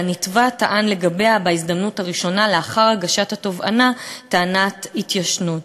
והנתבע טען לגביה בהזדמנות הראשונה לאחר הגשת התובענה טענת התיישנות.